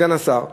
סגן השר,